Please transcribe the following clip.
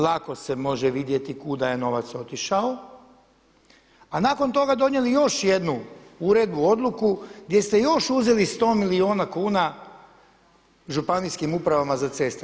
Lako se može vidjeti kuda je novac otišao, a nakon toga donijeli još jednu uredbu, odliku gdje ste još uzeli 100 milijuna kuna Županijskim upravama za ceste.